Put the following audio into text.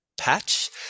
patch